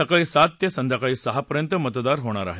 सकाळी सात ते संध्याकाळी सहापर्यत मतदान होणार आहे